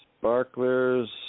Sparklers